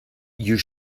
you